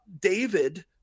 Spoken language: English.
David